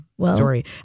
story